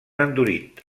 endurit